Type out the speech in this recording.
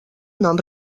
nom